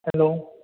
hello